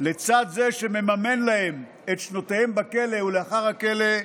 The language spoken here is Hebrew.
לצד זה שמממן להם את שנותיהם בכלא ולאחר הכלא,